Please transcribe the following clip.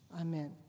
Amen